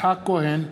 יצחק כהן,